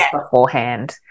beforehand